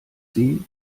sie